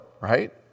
right